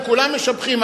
כולם משבחים.